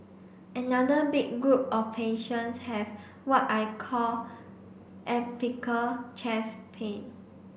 another big group of patients have what I call chest pain